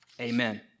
amen